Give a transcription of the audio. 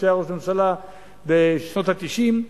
כשהיה ראש הממשלה בשנות ה-90,